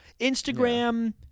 Instagram